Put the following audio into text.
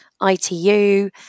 ITU